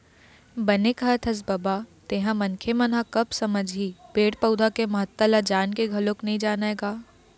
बने कहत हस बबा तेंहा मनखे मन ह कब समझही पेड़ पउधा के महत्ता ल जान के घलोक नइ जानय गा